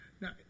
Now